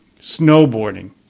snowboarding